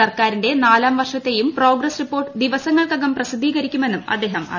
സർക്കാരിന്റെ നാലാം വർഷത്തേയും പ്രോഗ്ഗസ് റിപ്പോർട്ട് ദിവസങ്ങൾക്കകാ പ്രസിദ്ധീകരിക്കുമെന്നും അദ്ദേഹം അറിയിച്ചു